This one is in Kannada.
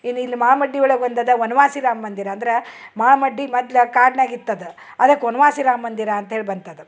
ಇನ್ನ ಇಲ್ಲಿ ಮಹ ಮಡ್ಡಿ ಒಳಗ ಒಂದದ ವನವಾಸಿ ರಾಮ ಮಂದಿರ ಅಂದ್ರ ಮಹ ಮಡ್ಡಿ ಮದ್ಲ ಕಾಡ್ನಾಗ ಇತ್ತದ ಅದಕ್ಕ ವನವಾಸಿ ರಾಮ ಮಂದಿರ ಅಂತೇಳಿ ಬಂತದು